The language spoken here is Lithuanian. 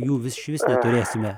jų išvis neturėsime